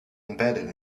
embedded